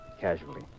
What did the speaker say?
casually